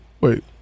Wait